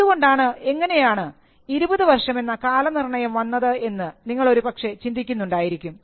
എന്തുകൊണ്ടാണ് എങ്ങനെയാണ് 20 വർഷം എന്ന കാലനിർണ്ണയം വന്നത് എന്ന് നിങ്ങൾ ഒരുപക്ഷേ ചിന്തിക്കുന്നുണ്ടായിരിക്കും